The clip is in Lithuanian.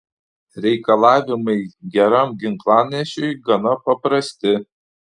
reikalavimai geram ginklanešiui gana paprasti